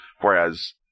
whereas